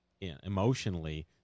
emotionally